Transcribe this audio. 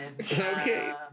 Okay